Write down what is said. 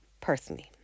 personally